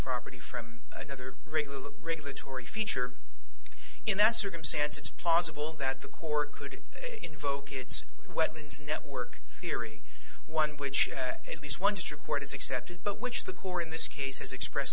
property from another regular regulatory feature in that circumstance it's possible that the court could invoke its wetlands network theory one which at least one district court is accepted but which the court in this case has express